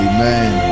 Amen